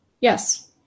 Yes